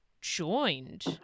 joined